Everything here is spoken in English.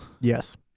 yes